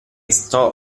sto